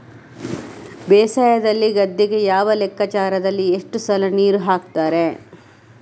ಬೇಸಾಯದಲ್ಲಿ ಗದ್ದೆಗೆ ಯಾವ ಲೆಕ್ಕಾಚಾರದಲ್ಲಿ ಎಷ್ಟು ಸಲ ನೀರು ಹಾಕ್ತರೆ?